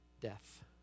death